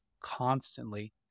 constantly